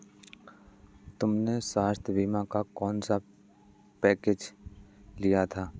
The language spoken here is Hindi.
तुमने स्वास्थ्य बीमा का कौन सा पैकेज लिया हुआ है?